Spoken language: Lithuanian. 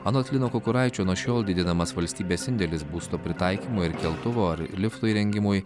anot lino kukuraičio nuo šiol didinamas valstybės indėlis būsto pritaikymo ir keltuvo ar lifto įrengimui